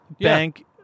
bank